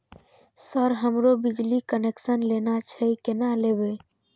Sir हमरो बिजली connection लेना छे केना लेबे?